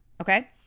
Okay